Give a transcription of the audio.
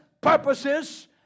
purposes